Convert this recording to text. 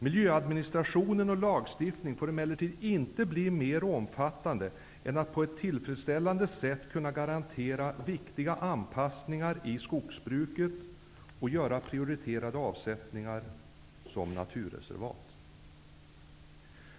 Miljöadministration och lagstiftning får emellertid inte bli mer omfattande än att man på ett tillfredsställande sätt skall kunna garantera viktiga anpassningar i skogsbruket och göra prioriterade avsättningar, t.ex. naturreservat.